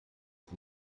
ist